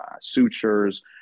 sutures